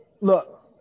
look